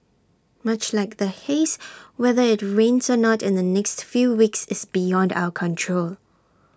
much like the haze whether IT rains or not in the next few weeks is beyond our control